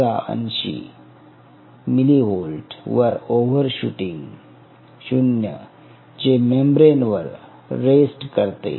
वजा 80 मिलिव्होल्ट वर ओव्हरशूटिंग 0 जे मेम्ब्रेन वर रेस्ट करते